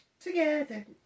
Together